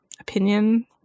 opinion